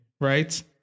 Right